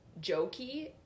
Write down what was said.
jokey